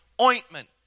ointment